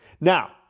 Now